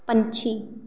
ਪੰਛੀ